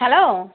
hello